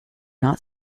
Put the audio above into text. not